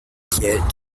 kit